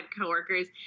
coworkers